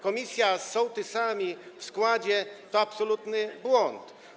Komisja z sołtysami w składzie to absolutny błąd.